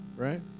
Right